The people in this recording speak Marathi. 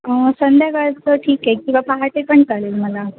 संध्याकाळचं ठीक आहे किंवा पहाटे पण चालेल मला